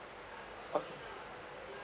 okay